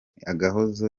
agahozo